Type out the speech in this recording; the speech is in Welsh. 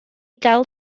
gael